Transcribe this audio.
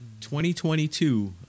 2022